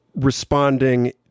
responding